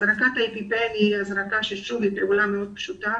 הזרקת האפיפן היא פעולה מאוד פשוטה.